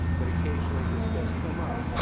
but occasionally, this does come up.